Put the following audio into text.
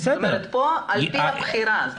שיהיה על פי בחירה.